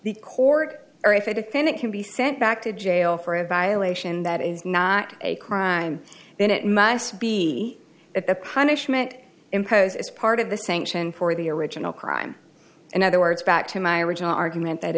the court or if a defendant can be sent back to jail for a violation that is not a crime then it must be that the punishment imposed as part of the sanction for the original crime in other words back to my original argument that